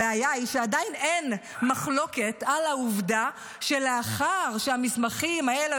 הבעיה היא שעדיין אין מחלוקת על העובדה שלאחר שהמסמכים האלה,